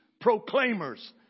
proclaimers